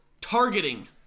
Targeting